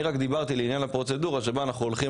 אני רק דיברתי לעניין הפרוצדורה בה אנחנו הולכים